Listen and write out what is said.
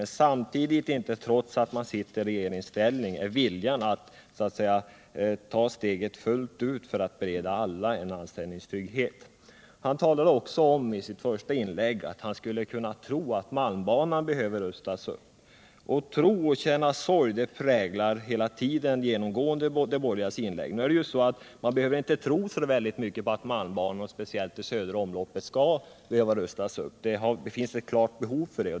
Men samtidigt — när man sitter i regeringsställning — är man inte villig att ta steget fullt ut för att bereda alla anställningstrygghet. Han talade också i sitt första inlägg om att han skulle kunna tro att malmbanan behöver rustas upp. Att tro och att känna sorg, det präglar genomgående de borgerligas inlägg. Men man behöver inte tro så mycket på att malmbanan, speciellt i södra omloppet, skall behöva rustas upp — det finns ett klart behov av det.